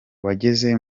wageze